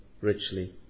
richly